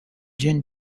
jin